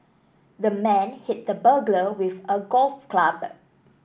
the man hit the burglar with a golf club